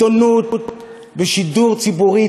עיתונות בשידור ציבורי,